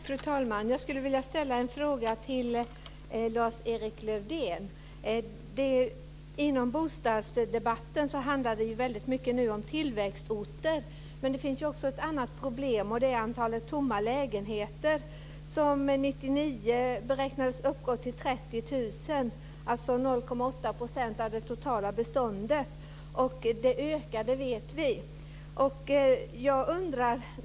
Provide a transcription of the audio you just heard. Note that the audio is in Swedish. Fru talman! Jag skulle vilja ställa en fråga till Inom bostadsdebatten handlar det nu mycket om tillväxthotet. Det finns också ett annat problem, nämligen antalet tomma lägenheter. År 1999 beräknades de uppgå till 30 000, dvs. 0,8 % av det totala beståndet. Vi vet att siffran ökade.